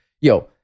yo